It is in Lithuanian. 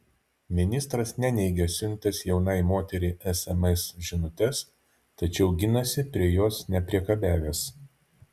ministras neneigia siuntęs jaunai moteriai sms žinutes tačiau ginasi prie jos nepriekabiavęs